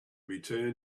return